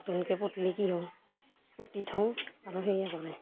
নতুনকৈ পুতলি কি হ'ব পুতি থওঁ আৰু সেয়ে কৰে